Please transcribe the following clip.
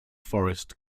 forest